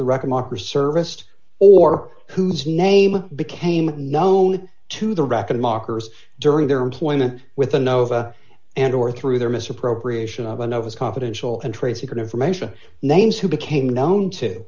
or serviced or whose name became known to the record mockers during their employment with the nova and or through their misappropriation of when i was confidential and trade secret information names who became known to